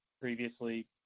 previously